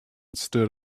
stood